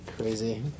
Crazy